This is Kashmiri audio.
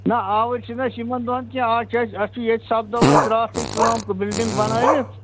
نہَ آوٕرۍ چھِنہٕ أسۍ یِمَن دۅہَن کیٚنٛہہ اَز چھِ أسۍ اَدٕ ییٚتہِ سَپدٲو اَسہِ راتھٕے کٲم بِلڈِنٛگ بَنٲوِتھ